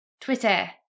Twitter